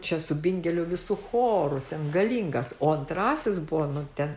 čia su bingelio visu choru ten galingas o antrasis buvo nu ten